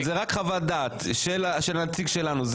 זה רק חוות דעת של הנציג שלנו,